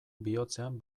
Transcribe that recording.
bihotzean